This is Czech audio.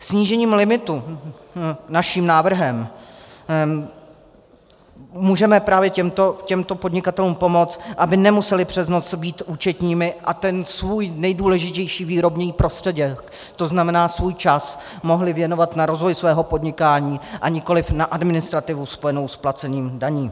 Snížením limitu naším návrhem můžeme právě těmto podnikatelům pomoct, aby nemuseli přes noc být účetními a ten svůj nejdůležitější výrobní prostředek, to znamená svůj čas, mohli věnovat na rozvoj svého podnikání a nikoliv na administrativu spojenou s placením daní.